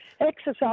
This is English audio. exercise